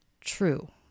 true